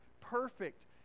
perfect